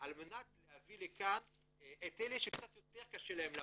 על מנת להביא לכאן את אלה שקצת יותר קשה להם לבוא.